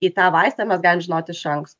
į tą vaistą mes galim žinot iš anksto